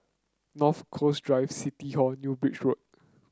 North Coast Drive City Hall New Bridge Road